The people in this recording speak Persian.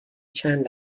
چند